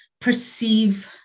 perceive